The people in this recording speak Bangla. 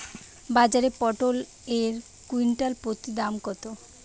বাজারে পটল এর কুইন্টাল প্রতি দাম কত?